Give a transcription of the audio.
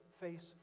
face